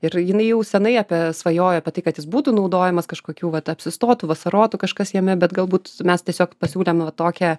ir jinai jau senai apie svajojo apie tai kad jis būtų naudojamas kažkokių vat apsistotų vasarotų kažkas jame bet galbūt mes tiesiog pasiūlėm va tokią